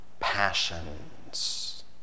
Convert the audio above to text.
passions